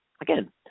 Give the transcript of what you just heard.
again